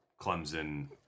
Clemson